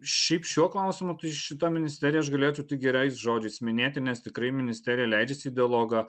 šiaip šiuo klausimu tai šitą ministeriją aš galėčiau tik gerais žodžiais minėti nes tikrai ministerija leidžiasi į dialogą